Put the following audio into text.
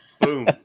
boom